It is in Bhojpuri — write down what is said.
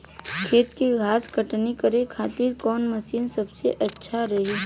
खेत से घास कटनी करे खातिर कौन मशीन सबसे अच्छा रही?